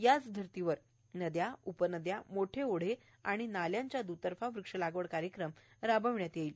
याच धर्तीवर नद्या उपनदया मोठे ओढे व नाले यांच्या द्रतर्फा वृक्षलागवड कार्यक्रम राबविण्यात येणार आहे